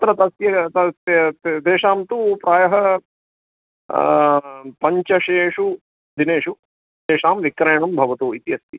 तत्र तस्य तेषां तेषां तु प्रायः पञ्चदशसु दिनेषु तेषां विक्रयणं भवतु इति अस्ति